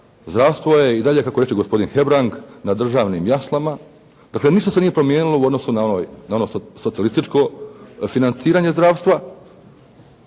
zdravstvo je i dalje kako reče gospodin Hebrang na državnim jaslama. Dakle ništa se nije promijenilo u odnosu na ono socijalističko, financiranje zdravstva.